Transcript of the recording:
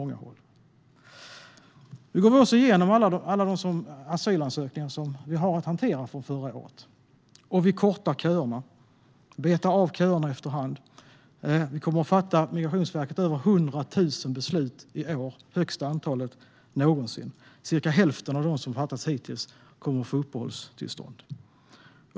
Nu går vi också igenom alla de asylansökningar som vi har att hantera från förra året. Vi kortar köerna. Vi betar av dem efterhand. Migrationsverket kommer att fatta över 100 000 beslut i år. Det är det största antalet någonsin. Cirka hälften av dem som det fattats beslut om hittills kommer att få uppehållstillstånd.